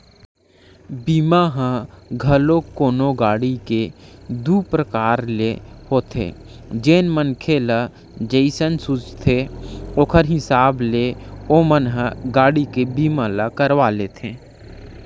बीमा ह घलोक कोनो गाड़ी के दू परकार ले होथे जेन मनखे ल जइसन सूझथे ओखर हिसाब ले ओमन ह गाड़ी के बीमा ल करवा लेथे